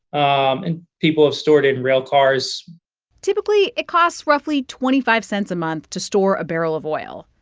and people have stored it in rail cars typically, it costs roughly twenty five cents a month to store a barrel of oil.